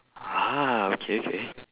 ah okay okay